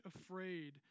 afraid